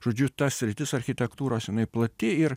žodžiu tas sritis architektūros jinai plati ir